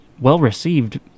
well-received